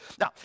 Now